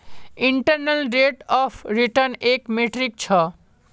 internal rate of return एक metric छ